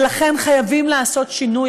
ולכן חייבים לעשות שינוי.